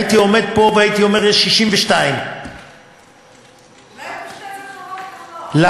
הייתי עומד פה ואומר: יש 62. אולי,